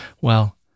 Well